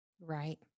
Right